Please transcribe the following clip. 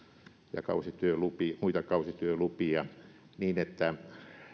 ja muita kausityölupia niin että